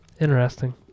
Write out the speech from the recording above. Interesting